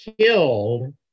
killed